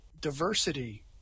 diversity